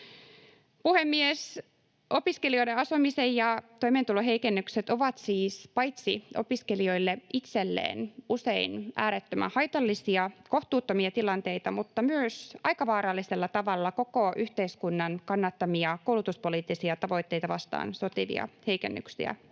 Puhemies! Opiskelijoiden asumisen ja toimeentulon heikennykset ovat siis paitsi opiskelijoille itselleen usein äärettömän haitallisia ja kohtuuttomia tilanteita myös aika vaarallisella tavalla koko yhteiskunnan kannattamia koulutuspoliittisia tavoitteita vastaan sotivia heikennyksiä.